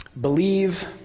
believe